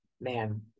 man